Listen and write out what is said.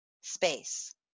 space